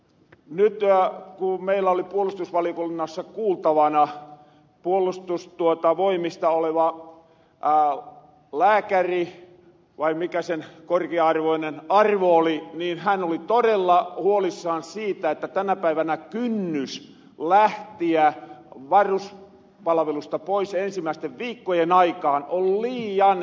nyt ku meillä oli puolustusvaliokunnassa kuultavana puolustusvoimista oleva lääkäri vai mikä sen korkia arvoinen arvo oli niin hän oli todella huolissaan siitä että tänä päivänä kynnys lähtiä varuspalvelusta pois ensimmäisten viikkojen aikaan on liian herkkä